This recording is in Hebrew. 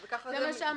זה מה שאמרתי.